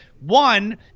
One